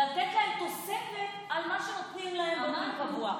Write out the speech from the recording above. לתת להן תוספת על מה שנותנים להן באופן קבוע.